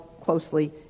closely